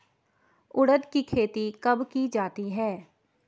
उड़द की खेती कब की जाती है?